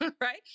Right